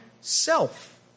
self